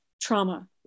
trauma